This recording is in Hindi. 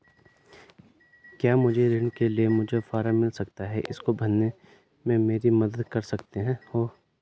क्या मुझे ऋण के लिए मुझे फार्म मिल सकता है इसको भरने में मेरी मदद कर सकते हो?